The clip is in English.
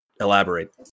elaborate